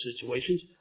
situations